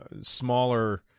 smaller